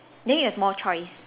then you have more choice